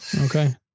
okay